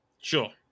Sure